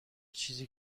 چیزی